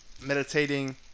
meditating